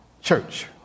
church